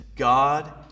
God